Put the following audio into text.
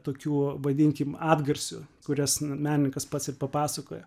tokių vadinkim atgarsių kurias menininkas pats ir papasakoja